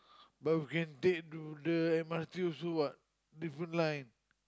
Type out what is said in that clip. but can take to the M_R_T also what different line